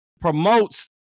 promotes